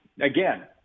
Again